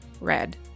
Red